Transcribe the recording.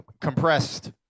compressed